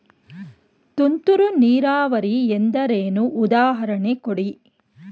ತುಂತುರು ನೀರಾವರಿ ಎಂದರೇನು, ಉದಾಹರಣೆ ಕೊಡಿ?